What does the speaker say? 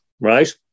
right